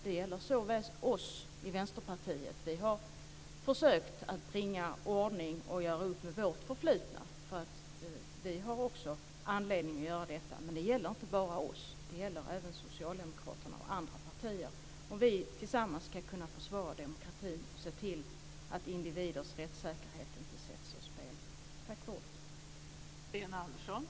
Det gäller oss i Vänsterpartiet - vi har försökt att bringa ordning och göra upp med vårt förflutna eftersom vi också har anledning att göra detta. Men det gäller inte bara oss. Det gäller även Socialdemokraterna och andra partier, om vi tillsammans ska kunna försvara demokratin och se till att individers rättssäkerhet inte sätts ur spel. Tack för ordet!